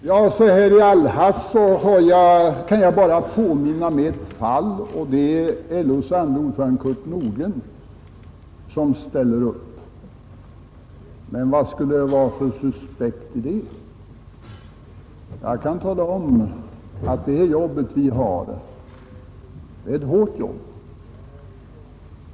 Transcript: Herr talman! Så här i all hast kan jag bara påminna mig ett fall. Det är LOs andre ordförande Kurt Nordgren som ställer upp som landshövding. Men vad skulle det vara för suspekt i det? Jag kan tala om att det jobb vi har är ett hårt jobb.